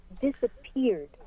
disappeared